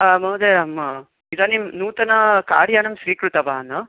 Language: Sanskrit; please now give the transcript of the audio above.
महोदय अहम् इदानीं नूतन कार् यानं स्वीकृतवान्